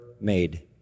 made